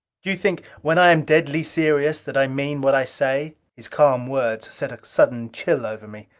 do you think, when i am deadly serious, that i mean what i say? his calm words set a sudden chill over me.